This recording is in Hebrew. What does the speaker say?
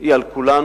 היא על כולנו,